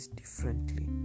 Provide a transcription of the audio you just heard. differently